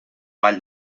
vall